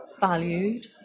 valued